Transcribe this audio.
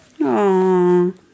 Aww